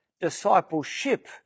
discipleship